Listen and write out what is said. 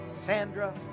Sandra